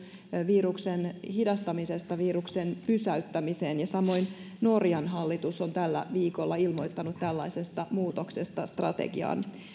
viruksen hidastamisesta viruksen pysäyttämiseen ja samoin norjan hallitus on tällä viikolla ilmoittanut tällaisesta muutoksesta strategiaan